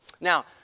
Now